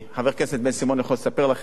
חבר הכנסת בן-סימון יכול לספר לכם,